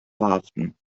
verhaften